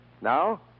Now